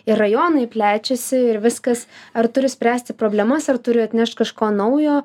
ir rajonai plečiasi ir viskas ar turi spręsti problemas ar turi atnešt kažko naujo